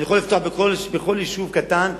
אני יכול לפתוח דלפק בכל יישוב קטן,